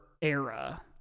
era